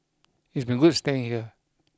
it's been good staying here